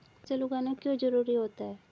फसल उगाना क्यों जरूरी होता है?